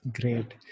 Great